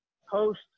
host